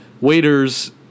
Waiters